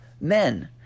men